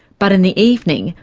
but in the evening,